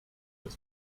were